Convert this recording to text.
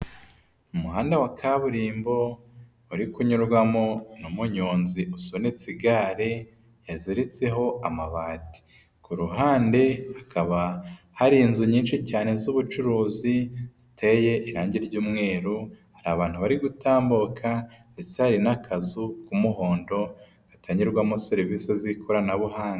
Umuhanda wa kaburimbo uri kunyurwamo n'umunyozi usunitse igare yaziritseho amabati, ku ruhande hakaba hari inzu nyinshi cyane z'ubucuruzi ziteye irangi ry'umweru hari abantu bari gutambuka ndetse hari n'akazu k'umuhondo gatangirwamo serivisi z'ikoranabuhanga.